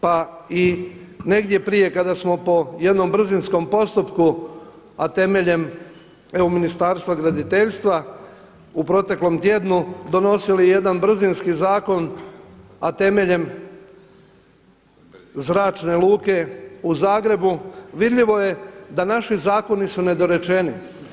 Pa i negdje prije kada smo po jednom brzinskom postupku, a temeljem evo Ministarstva graditeljstva u proteklom tjednu donosili jedan brzinski zakon a temeljem Zračne luke u Zagrebu vidljivo je da naši zakoni su nedorečeni.